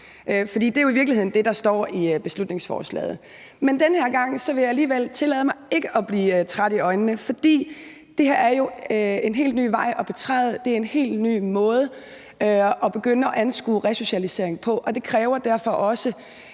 det er i virkeligheden det, der står i beslutningsforslaget. Men den her gang vil jeg alligevel tillade mig ikke at blive træt i blikket, for det her er jo en helt ny vej at betræde, det er en helt ny måde at begynde at anskue resocialisering på, og det kræver derfor også